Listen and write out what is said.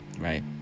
Right